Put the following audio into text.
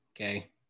Okay